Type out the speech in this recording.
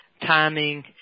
timing